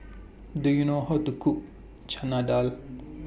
Do YOU know How to Cook Chana Dal